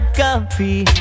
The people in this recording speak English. coffee